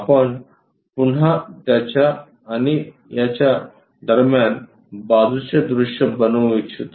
आपण पुन्हा याच्या आणि त्याच्या दरम्यान बाजूचे दृश्य बनवू इच्छितो